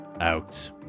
Out